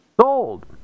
Sold